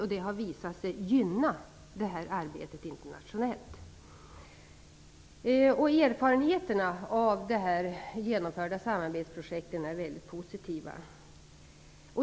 Och det har visat sig gynna arbetet internationellt. Erfarenheterna av de genomförda samarbetsprojekten är väldigt positiva.